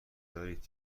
دارید